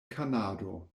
kanado